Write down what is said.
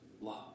love